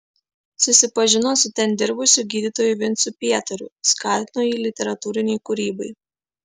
susipažino su ten dirbusiu gydytoju vincu pietariu skatino jį literatūrinei kūrybai